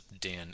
Dan